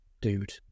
dude